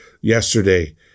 yesterday